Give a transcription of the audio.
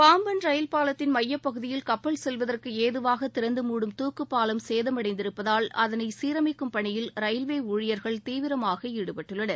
Pamban rail பாலத்தின் மையப் பகுதியில் கப்பல் செல்வதற்கு ஏதுவாக திறந்து மூடும் தூக்குப் பாலம் சேதமடைந்திருப்பதால் அதளை சீரஸமக்கும் பணியில் ரயில்வே ஊழியர்கள் தீவிரமாக ஈடுபட்டுள்ளனர்